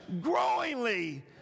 growingly